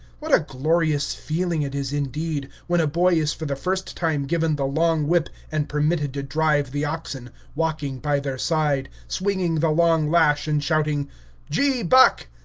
what a glorious feeling it is, indeed, when a boy is for the first time given the long whip and permitted to drive the oxen, walking by their side, swinging the long lash, and shouting gee, buck!